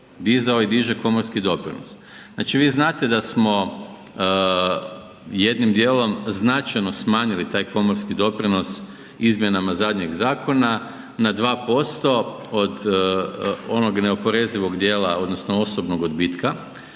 dizao i diže komorski doprinos. Znači vi znate da smo jednim dijelom značajno smanjili taj komorski doprinos izmjenama zadnjeg zakona na 2% od onog neoporezivog dijela odnosno osobnog odbitka